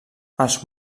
els